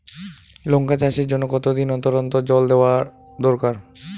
লঙ্কা চাষের জন্যে কতদিন অন্তর অন্তর জল দেওয়া দরকার?